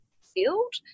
field